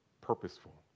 purposeful